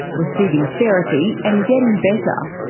receiving therapy, and getting better.